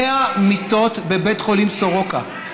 100 מיטות בבית חולים סורוקה כן,